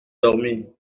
dormir